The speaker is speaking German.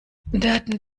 daten